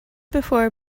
before